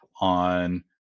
on